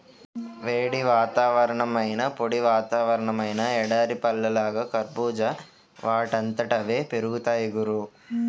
వేడి వాతావరణమైనా, పొడి వాతావరణమైనా ఎడారి పళ్ళలాగా కర్బూజా వాటంతట అవే పెరిగిపోతాయ్ గురూ